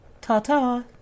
Ta-ta